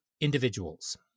individuals